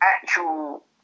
actual